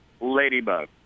ladybug